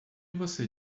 você